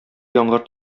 яңгыр